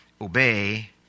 obey